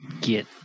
get